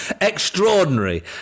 Extraordinary